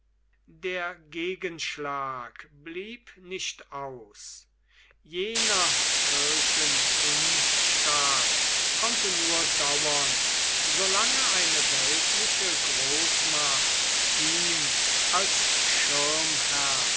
der gegenschlag blieb nicht aus jener kirchenunstaat konnte nur dauern solange eine weltliche großmacht ihm als